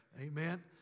Amen